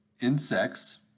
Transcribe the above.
insects